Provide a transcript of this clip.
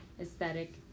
aesthetic